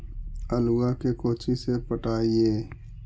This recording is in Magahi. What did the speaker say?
आलुआ के कोचि से पटाइए?